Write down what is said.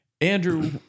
Andrew